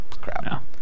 Crap